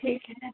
ठीक है